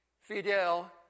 Fidel